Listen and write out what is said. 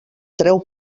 treu